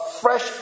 fresh